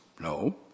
No